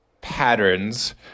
patterns